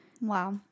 wow